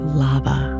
lava